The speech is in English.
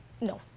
No